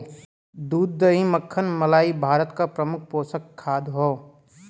दूध दही मक्खन मलाई भारत क प्रमुख पोषक खाद्य हौ